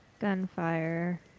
gunfire